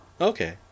Okay